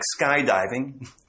Skydiving